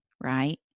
right